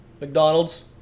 McDonald's